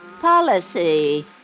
policy